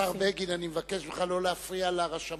כבוד השר בגין, אני מבקש ממך לא להפריע לרשמות